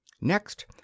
next